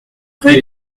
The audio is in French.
rue